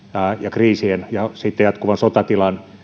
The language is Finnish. kriisien ja jatkuvan sotatilan